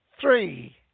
three